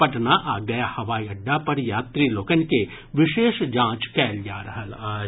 पटना आ गया हवाई अड्डा पर यात्री लोकनि के विशेष जांच कयल जा रहल अछि